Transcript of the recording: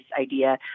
idea